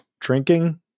drinking